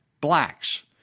Blacks